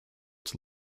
its